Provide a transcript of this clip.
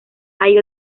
hay